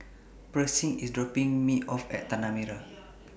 Pershing IS dropping Me off At Tanah Merah